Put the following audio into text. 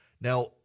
Now